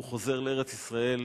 הוא חוזר לארץ-ישראל,